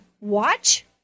watch